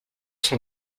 sont